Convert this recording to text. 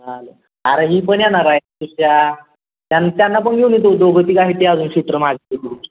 हां अरे ही पण येणार आहे त्यांन त्यांना पण घेऊन येतो दोघं तिघं आहेत ते अजून